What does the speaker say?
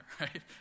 right